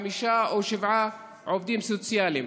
חמישה או שבעה עובדים סוציאליים.